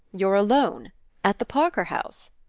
you're alone at the parker house?